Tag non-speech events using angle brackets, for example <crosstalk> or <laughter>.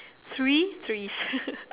three trees <laughs>